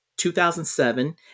2007